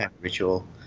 ritual